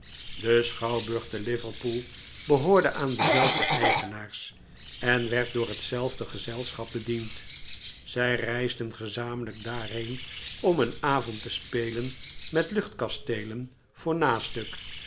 de schouwburg te liverpool behoorde aan dezelfde eigenaars en werd door hetzelfde gezelschap bediend zij reisden gezamenlijk daarheen om een avond te spelen met luchtkasteelen voor nastuk